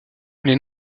les